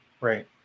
Right